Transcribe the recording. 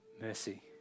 mercy